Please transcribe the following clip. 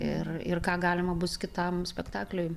ir ir ką galima bus kitam spektakliui